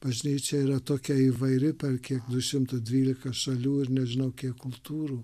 bažnyčia yra tokia įvairi per kiek du šimtus dvylika šalių ir nežinau kiek kultūrų